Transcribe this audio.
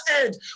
end